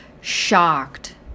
shocked